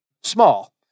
small